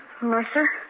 Mercer